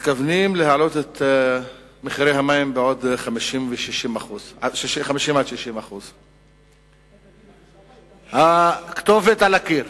מתכוונים להעלות את מחירי המים בעוד 50% 60%. הכתובת על הקיר,